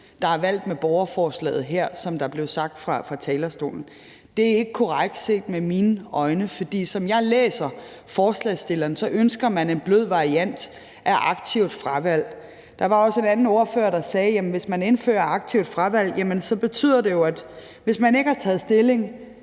der er valgt med borgerforslaget her, som det blev sagt fra talerstolen. Det er ikke korrekt set med mine øjne, for som jeg læser forslagsstillernes forslag, ønsker man en blød variant af aktivt fravalg. Der var også en anden ordfører, der sagde, at hvis man indfører aktivt fravalg, betyder det, at hvis man ikke har taget stilling,